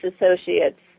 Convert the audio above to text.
associates